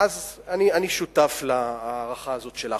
אז אני שותף להערכה הזאת שלך.